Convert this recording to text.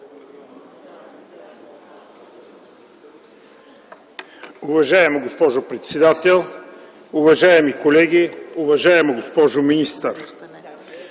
Уважаема госпожо председател, уважаеми колеги, уважаема госпожо министър!